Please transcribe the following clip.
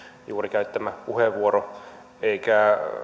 juuri käyttämä puheenvuoro eikä